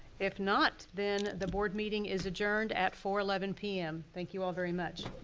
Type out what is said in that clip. if not, then the board meeting is adjourned at four eleven p m. thank you all very much.